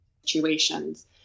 situations